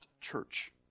church